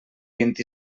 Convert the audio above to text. vint